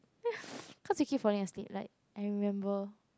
cause he keep falling asleep like I remember